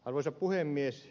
arvoisa puhemies